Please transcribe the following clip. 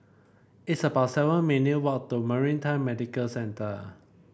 it's about seven minute walk to Maritime Medical Centre